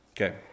Okay